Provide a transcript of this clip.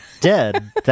dead